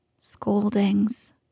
scoldings